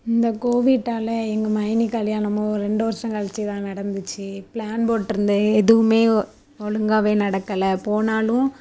இந்த கோவிட்டால் எங்கள் மைனி கல்யாணமும் ஒரு ரெண்டு வருஷம் கழிச்சி தான் நடந்துச்சு ப்ளான் போட்டிருந்த எதுவுமே ஒழுங்காவே நடக்கலை போனாலும்